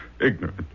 ignorant